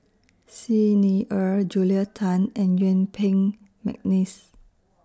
Xi Ni Er Julia Tan and Yuen Peng Mcneice